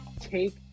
Take